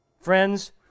Friends